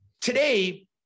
Today